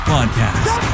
Podcast